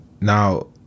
Now